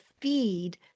feed